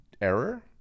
error